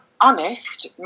honest